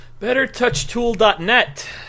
Bettertouchtool.net